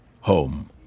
Home